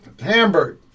Hamburg